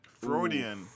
Freudian